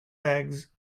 eggs